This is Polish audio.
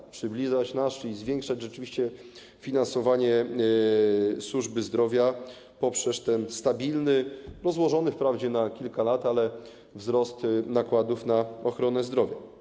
Ma nas przybliżać, czyli zwiększać rzeczywiście finansowanie służby zdrowia poprzez ten stabilny - rozłożony wprawdzie na kilka lat - wzrost nakładów na ochronę zdrowia.